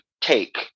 take